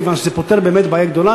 כיוון שזה פותר באמת בעיה גדולה.